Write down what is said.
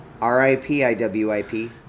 R-I-P-I-W-I-P